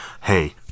hey